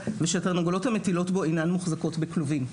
ושהתרנגולות המטילות בו אינן מוחזקות בכלובים.